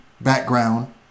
background